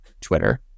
Twitter